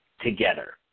together